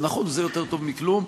זה נכון שזה יותר טוב מכלום,